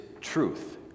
truth